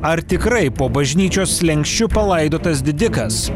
ar tikrai po bažnyčios slenksčiu palaidotas didikas